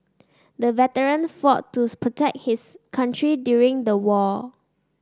the veteran fought to protect his country during the war